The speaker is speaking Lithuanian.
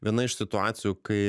viena iš situacijų kai